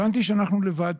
הבנתי שאנחנו לבד.